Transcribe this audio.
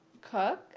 cook